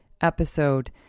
episode